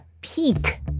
peak